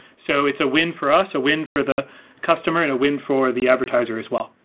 so it's a win for us, a win for the customer, and a win for the advertiser as well.